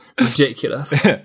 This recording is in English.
ridiculous